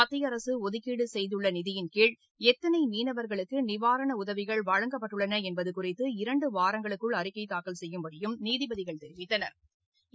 மத்திய அரசு ஒதுக்கீடு செய்துள்ள நிதியின் கீழ் எத்தனை மீனவர்களுக்கு நிவரண உதவிகள் வழங்கப்பட்டுள்ளது என்பது குறித்து இரண்டு வாரங்களுக்குள் அறிக்கை தாக்கல் செய்யும்படியும் நீதிபதிகள் தெரிவித்தனா்